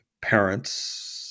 parents